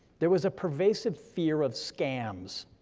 there was a pervasive fear of scams,